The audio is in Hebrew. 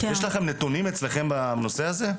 יש לכם נתונים אצלכם בנושא הזה?